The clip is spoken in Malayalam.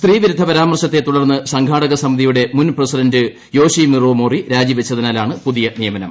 സ്ത്രീവിരുദ്ധ പരാമർശത്തെ തുടർന്ന് സംഘാടക സമിതിയുടെ മുൻ പ്രസിഡന്റ് യോഷിമിറോ മോറി രാജിവച്ചതിനാലാണ് പുതിയ നിയമനം